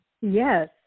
Yes